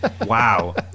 Wow